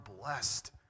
blessed